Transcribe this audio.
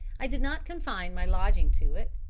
i did not confine my lodging to it,